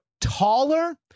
taller